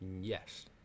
yes